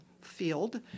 field